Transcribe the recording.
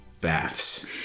baths